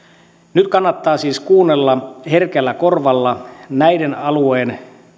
nyt kannattaa siis kuunnella herkällä korvalla tämän alueen